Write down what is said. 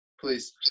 please